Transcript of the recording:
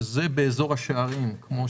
שזה באזור השערים, כפי